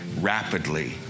rapidly